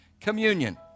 communion